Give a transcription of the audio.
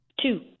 Two